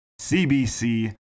CBC